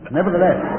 Nevertheless